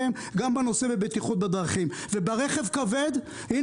כך גם בנושא בטיחות בדרכים; וברכב כבד יש מחדלים על גבי מחדלים,